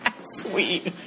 Sweet